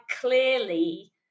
clearly